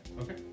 okay